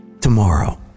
tomorrow